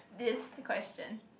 this question